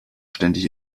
ständig